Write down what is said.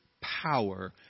power